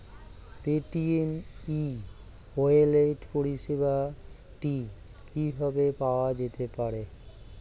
Paytm e wallet পরিষেবাটি কিভাবে পাওয়া যেতে পারে?